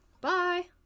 Bye